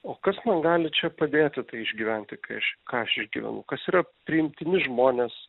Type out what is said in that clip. o kas man gali čia padėti tai išgyventi kai aš ką aš išgyvenu kas yra priimtini žmonės